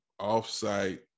offsite